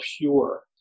pure